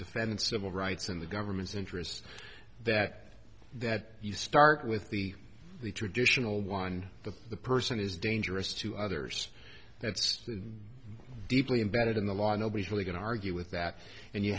defendant civil rights and the government's interests that that you start with the traditional one that the person is dangerous to others that's deeply embedded in the law and nobody's really going to argue with that and you